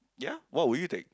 ya what would you take